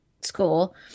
school